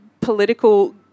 political